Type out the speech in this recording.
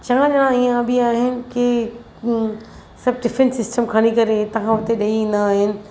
चंङा ॼणा इहो बि आहिनि की उहे सभु टिफिन सिस्टम खणी करे हितां खां हुते ॾेई ईंदा आहिनि